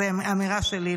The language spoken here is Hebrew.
זו אמירה שלי,